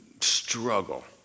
struggle